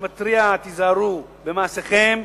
אני מתריע: תיזהרו במעשיכם,